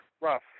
rough